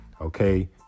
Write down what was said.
okay